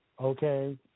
Okay